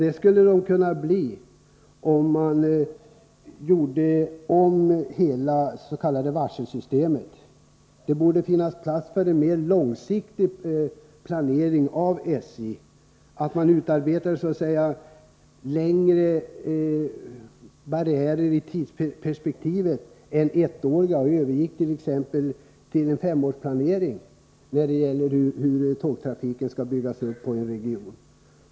Det skulle de kunna bli om man gjorde om hela det s.k. varselsystemet. Det borde finnas plats för en mer långsiktig planering från SJ:s sida. SJ borde utarbeta längre barriärer i tidsperspektivet än ettåriga och övergå till t.ex. en femårsplanering när det gäller hur tågtrafiken skall byggas upp i en region.